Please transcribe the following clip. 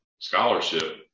Scholarship